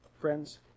Friends